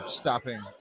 stopping